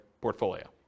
portfolio